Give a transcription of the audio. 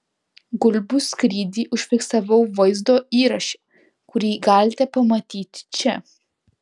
gulbių skrydį užfiksavau vaizdo įraše kurį galite pamatyti čia